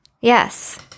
yes